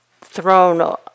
thrown